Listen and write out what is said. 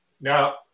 Now